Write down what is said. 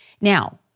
Now